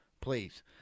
please